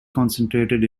concentrated